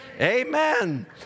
Amen